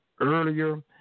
earlier